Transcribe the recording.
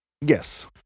Yes